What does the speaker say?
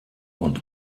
und